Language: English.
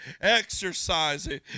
exercising